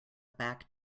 back